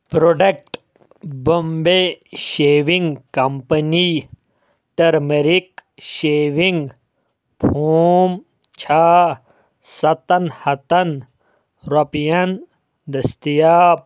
product Bombay shaving company turmeric shaving foam چھا ستن ہتن رۄپیَن دٔستِیاب